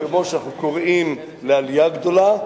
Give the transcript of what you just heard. כמו שאנחנו קוראים לעלייה גדולה,